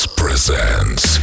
presents